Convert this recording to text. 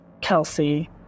Kelsey